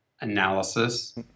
analysis